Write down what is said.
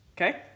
Okay